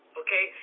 okay